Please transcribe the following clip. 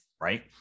Right